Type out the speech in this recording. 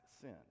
sin